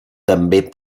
també